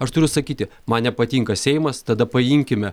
aš turiu sakyti man nepatinka seimas tada paimkime